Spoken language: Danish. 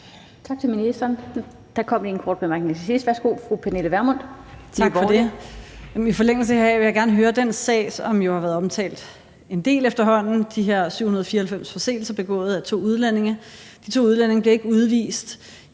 i forhold til den sag, som jo har været omtalt en del efterhånden, med de her 794 forseelser begået af to udlændinge. De to udlændinge bliver ikke udvist.